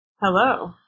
Hello